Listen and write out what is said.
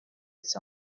its